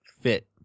fit